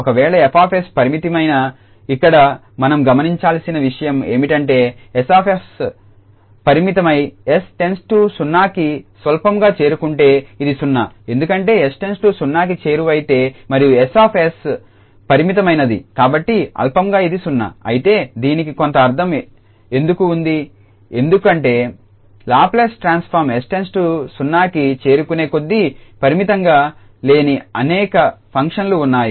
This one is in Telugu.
ఒకవేళ 𝐹𝑠 పరిమితమైతే ఇక్కడ మనం గమనించాల్సిన విషయం ఏమిటంటే 𝐹𝑠 పరిమితమై 𝑠 →0కి స్వల్పంగా చేరుకుంటే ఇది 0 ఎందుకంటే 𝑠→0 కి చేరువైతే మరియు 𝐹𝑠 పరిమితమైనది కాబట్టి అల్పంగా ఇది 0 అయితే దీనికి కొంత అర్థం ఎందుకు ఉంది ఎందుకంటే లాప్లేస్ ట్రాన్స్ఫార్మ్ 𝑠→0 కి చేరుకునే కొద్దీ పరిమితంగా లేని అనేక ఫంక్షన్లు ఉన్నాయి